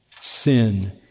sin